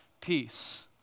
peace